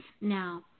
Now